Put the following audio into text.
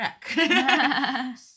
crack